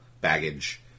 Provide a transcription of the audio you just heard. baggage